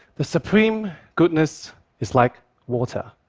the supreme goodness is like water.